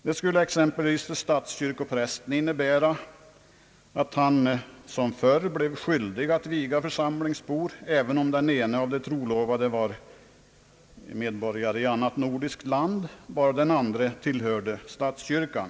Det skulle exempelvis innebära att statskyrkoprästen liksom förut blev skyldig att viga församlingsbor, även om en av de trolovade var medborgare i annat nordiskt land, såvida den andre tillhörde statskyrkan.